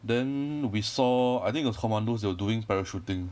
then we saw I think it was commandos they were doing parachuting